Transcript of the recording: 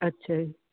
ਅੱਛਾ ਜੀ